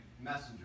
Messenger